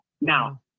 Now